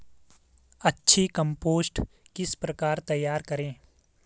अच्छी कम्पोस्ट किस प्रकार तैयार करें?